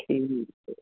ਠੀਕ ਹੈ